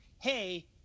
hey